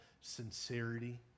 sincerity